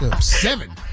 Seven